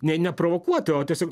ne neprovokuoti o tiesiog